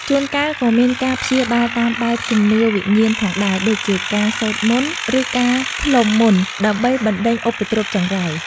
ជួនកាលក៏មានការព្យាបាលតាមបែប ជំនឿវិញ្ញាណ ផងដែរ ដូចជាការសូត្រមន្ត ឬការផ្លុំមន្ត ដើម្បីបណ្ដេញឧបទ្រពចង្រៃ។